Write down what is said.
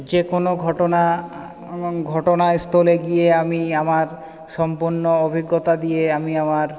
যে কোনো ঘটনা এবং ঘটনা স্থলে গিয়ে আমি আমার সম্পূর্ণ অভিজ্ঞতা দিয়ে আমি আমার